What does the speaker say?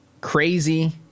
crazy